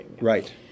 right